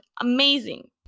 amazing